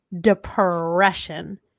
depression